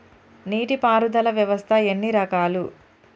నీటి పారుదల వ్యవస్థ ఎన్ని రకాలు?